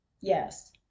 Yes